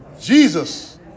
Jesus